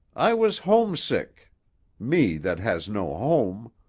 i was homesick me that has no home.